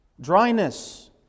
dryness